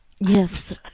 Yes